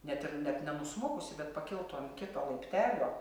net ir net nenusmukusi bet pakiltų ant kito laiptelio